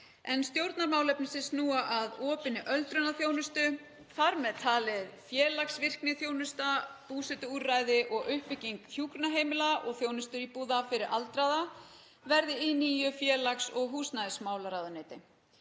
en stjórnarmálefni sem snúa að opinni öldrunarþjónustu, þ.m.t. félags- og virkniþjónusta, búsetuúrræði og uppbygging hjúkrunarheimila og þjónustuíbúða fyrir aldraða, verði í nýju félags- og húsnæðismálaráðuneyti.